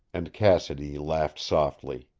and cassidy laughed softly.